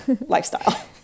lifestyle